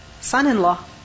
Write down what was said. son-in-law